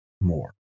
more